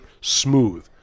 Smooth